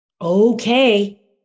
okay